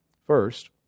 First